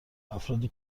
افرادی